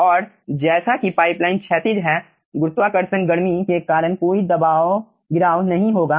और जैसा कि पाइपलाइन क्षैतिज है गुरुत्वाकर्षण गर्मी के कारण कोई दबाव ड्रॉप नहीं होगा